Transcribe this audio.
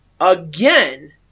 Again